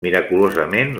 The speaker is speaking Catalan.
miraculosament